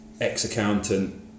ex-accountant